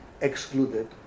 excluded